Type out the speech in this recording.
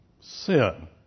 sin